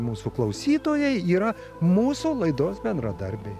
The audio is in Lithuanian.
mūsų klausytojai yra mūsų laidos bendradarbiai